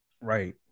Right